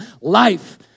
life